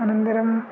अनन्तरं